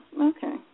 okay